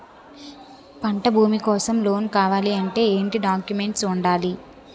పంట భూమి కోసం లోన్ కావాలి అంటే ఏంటి డాక్యుమెంట్స్ ఉండాలి?